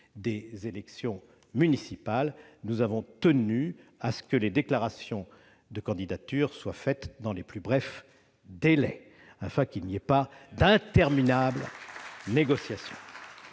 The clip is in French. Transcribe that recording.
des élections municipales, nous avons tenu à ce que les déclarations de candidatures soient déposées dans les plus brefs délais, afin d'éviter d'interminables négociations.